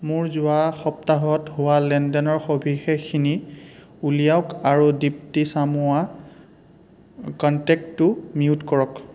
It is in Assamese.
মোৰ যোৱা সপ্তাহত হোৱা লেনদেনৰ সবিশেষখিনি উলিয়াওক আৰু দীপ্তী চামুৱা কণ্টেক্টটো মিউট কৰক